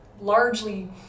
largely